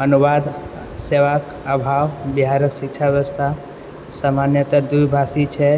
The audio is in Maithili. अनुवाद सेवाके अभाव बिहारके शिक्षा व्यवस्था समान्यतः दू भाषी छै